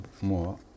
more